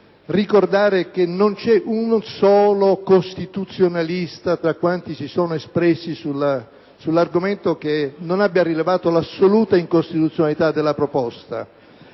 ricordare che non c'è un solo costituzionalista, tra quanti si sono espressi sull'argomento, che non abbia rilevato l'assoluta incostituzionalità della proposta,